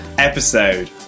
episode